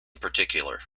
particular